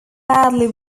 badly